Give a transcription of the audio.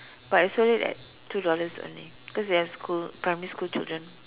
but I sold it at two dollars only because they are school primary school children